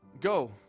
go